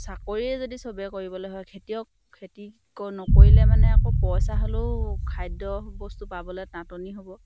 চাকৰিয়ে যদি চবে কৰিবলৈ হয় খেতিয়ক খেতি ক নকৰিলে মানে আকৌ পইচা হ'লেও খাদ্য বস্তু পাবলৈ নাটনি হ'ব